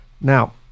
Now